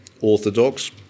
Orthodox